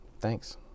thanks